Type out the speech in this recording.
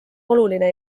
oluline